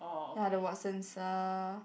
ya the Watsons uh